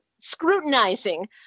scrutinizing